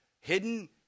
hidden